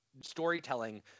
storytelling